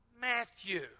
Matthew